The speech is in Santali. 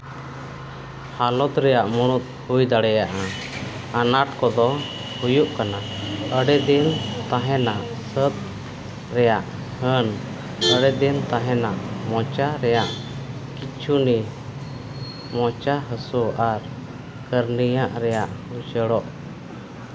ᱦᱟᱞᱚᱛ ᱨᱮᱭᱟᱜ ᱢᱩᱲᱩᱫ ᱦᱩᱭ ᱫᱟᱲᱮᱭᱟᱜᱼᱟ ᱟᱱᱟᱴ ᱠᱚᱫᱚ ᱦᱩᱭᱩᱜ ᱠᱟᱱᱟ ᱟᱹᱰᱤ ᱫᱤᱱ ᱛᱟᱦᱮᱱᱟ ᱥᱟᱹᱛ ᱨᱮᱭᱟᱜ ᱦᱟᱹᱱ ᱟᱹᱰᱤ ᱫᱤᱱ ᱛᱟᱦᱮᱱᱟ ᱢᱚᱪᱟ ᱨᱮᱭᱟᱜ ᱠᱷᱤᱪᱩᱱᱤ ᱢᱚᱪᱟ ᱦᱟᱹᱥᱩ ᱟᱨ ᱠᱟᱹᱨᱱᱤᱭᱟᱜ ᱨᱮᱭᱟᱜ ᱩᱪᱟᱹᱲᱚᱜ